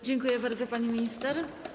Dziękuję bardzo, pani minister.